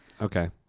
Okay